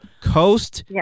coast